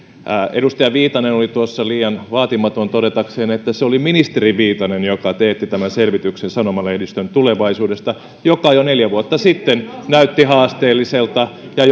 edustaja viitanen oli tuossa liian vaatimaton todetakseen että se oli ministeri viitanen joka teetti selvityksen sanomalehdistön tulevaisuudesta joka jo neljä vuotta sitten näytti haasteelliselta ja